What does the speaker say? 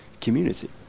community